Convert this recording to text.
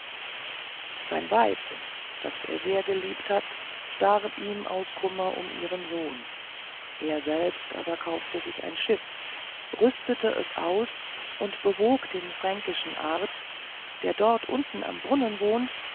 sein weib das er sehr geliebt hat starb ihm aus kummer um ihren sohn er selbst aber kaufte sich ein schiff rüstete es aus und bewog den fränkischen arzt der dort unten am brunnen wohnt